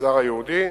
במגזר היהודי,